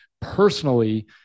personally